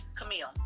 Camille